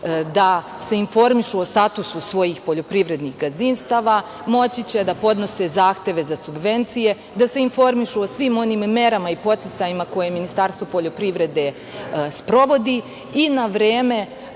da se informišu o statusu svojih poljoprivrednih gazdinstava, moći će da podnose zahteve za subvencije, da se informišu o svim onim merama i podsticajima koje Ministarstvo poljoprivrede sprovodi i na vreme